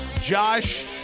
Josh